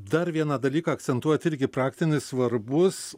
dar vieną dalyką akcentuojat irgi praktinis svarbus